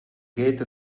gate